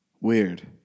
Weird